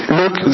look